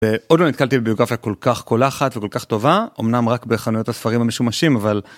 עוד לא נתקלתי בביוגרפיה כל כך קולחת וכל כך טובה, אמנם רק בחנויות הספרים המשומשים, אבל...